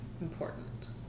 important